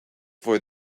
for